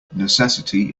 necessity